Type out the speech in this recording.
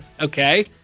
Okay